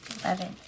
Eleven